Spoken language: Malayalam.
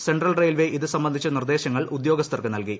സെൻട്രൽ റയിൽവേ ഇത് സംബന്ധ്യിച്ചുനിർദേശങ്ങൾ ഉദ്യോഗസ്ഥർക്ക് നൽകി